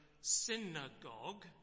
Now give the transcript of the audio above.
synagogue